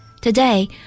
Today